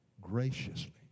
graciously